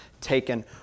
taken